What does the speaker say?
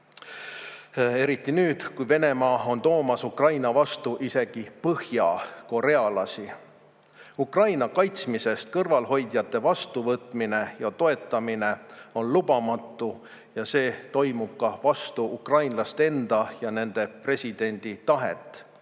eriti nüüd, kui Venemaa on toomas Ukraina vastu isegi põhjakorealasi. Ukraina kaitsmisest kõrvalehoidjate vastuvõtmine ja toetamine on lubamatu ja see toimub ka vastu ukrainlaste enda ja nende presidendi tahet.